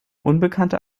unbekannte